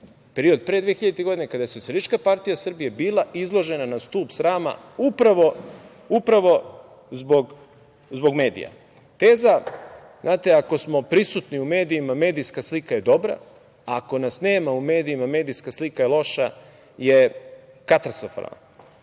period pre 2000. godine kada je SPS bila izložena na stub srama upravo zbog medija. Znate, teza - ako smo prisutni u medijima, medijska slika je dobra, a ako nas nema u medijima, medijska slika je loša je katastrofalna. Kažu